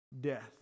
death